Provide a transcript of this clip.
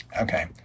Okay